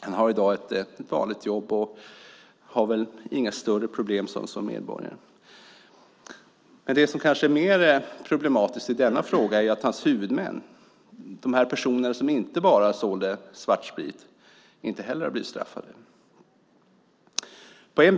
Han har i dag ett vanligt jobb, och har väl inga större problem som medborgare. Det som kanske är mer problematiskt i denna fråga är att hans huvudmän - de personer som inte bara sålde svartsprit - inte heller har blivit straffade.